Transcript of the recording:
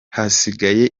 hasigaye